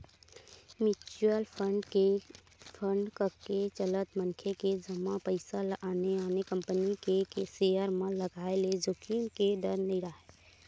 mutual fund कके चलत मनखे के जमा पइसा ल आने आने कंपनी के सेयर म लगाय ले जोखिम के डर नइ राहय